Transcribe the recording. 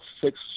six